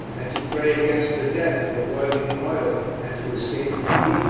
and to pray against the death and the boiling in oil, and to escape to be